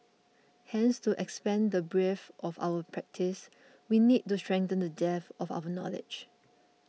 hence to expand the breadth of our practice we need to strengthen the depth of our knowledge